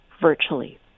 virtually